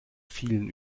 vielen